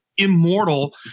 immortal